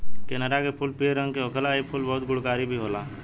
कनेरी के फूल पियर रंग के होखेला इ फूल बहुते गुणकारी भी होला